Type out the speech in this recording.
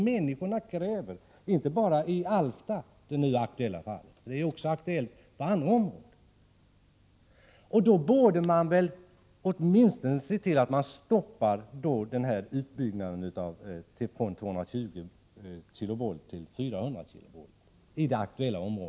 Människor kräver detta, inte bara i Alfta, det nu aktuella fallet, utan också på andra håll. Åtminstone borde ombyggnaden av kraftledningen vid Alfta från 220 till 400 kV stoppas.